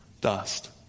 dust